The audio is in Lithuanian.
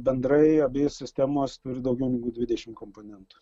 bendrai abi sistemos turi daugiau negu dvidešimt komponentų